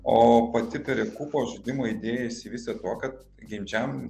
o pati perekupo žaidimo idėja išsivystė tuo kad geimdžam